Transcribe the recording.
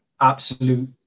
absolute